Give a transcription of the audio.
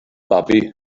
babi